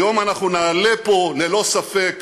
היום אנחנו נעלה פה ללא ספק